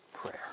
prayer